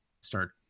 start